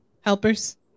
Helpers